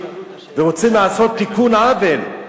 ורוצים לעשות תיקון עוול,